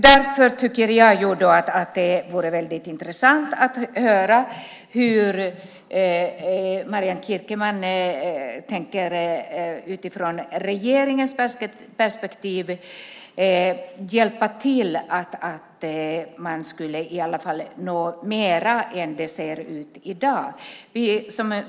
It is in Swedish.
Därför tycker jag att det vore väldigt intressant att höra hur Marianne Kierkemann utifrån regeringens perspektiv tänker hjälpa till för att i alla fall nå mer än vad det i dag ser ut att bli.